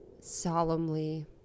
solemnly